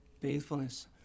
Faithfulness